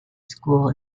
school